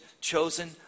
chosen